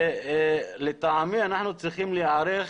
לטעמי אנחנו צריכים להיערך.